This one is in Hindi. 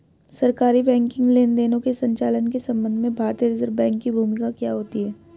सरकारी बैंकिंग लेनदेनों के संचालन के संबंध में भारतीय रिज़र्व बैंक की भूमिका क्या होती है?